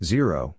Zero